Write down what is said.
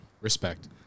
Respect